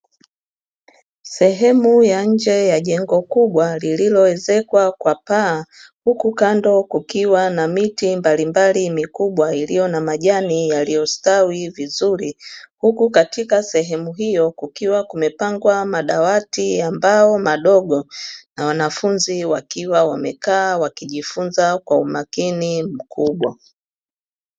Sehemu ya nje ya jengo kubwa lililowezekwa kwa paa huku kando kukiwa na miti mbalimbali mikubwa iliyo na majani yaliyostawi vizuri huku katika sehemu hiyo kukiwa kumepangwa madawati ya mbao madogo na wanafunzi wakiwa wamekaa wakijifunza kwa umakini mkubwa